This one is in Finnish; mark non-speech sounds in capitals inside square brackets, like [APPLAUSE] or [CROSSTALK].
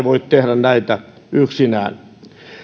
[UNINTELLIGIBLE] voi tehdä näitä yksinään